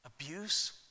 abuse